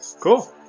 Cool